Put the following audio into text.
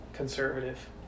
conservative